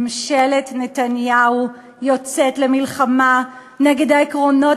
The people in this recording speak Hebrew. ממשלת נתניהו יוצאת למלחמה נגד העקרונות